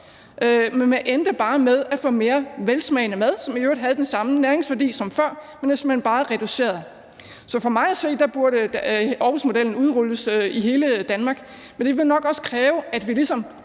op. Man endte bare med at få mere velsmagende mad, som i øvrigt havde den samme næringsværdi som før, men hvor man simpelt hen bare reducerede det. Så for mig at se burde Aarhusmodellen udrulles i hele Danmark, men det ville nok også kræve, at vi måske